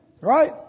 Right